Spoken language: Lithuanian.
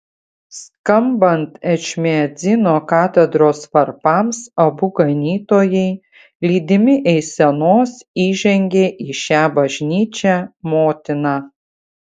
skambant ečmiadzino katedros varpams abu ganytojai lydimi eisenos įžengė į šią bažnyčią motiną